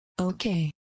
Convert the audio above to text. Okay